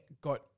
got –